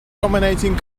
dominating